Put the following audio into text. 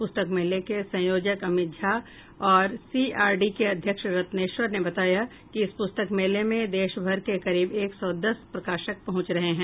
पुस्तक मेले के संयोजक अमित झा और सीआरडी के अध्यक्ष रत्नेश्वर ने बताया कि इस पुस्तक मेले में देश भर के करीब एक सौ दस प्रकाशक पहुंच रहे हैं